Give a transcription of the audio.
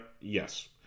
yes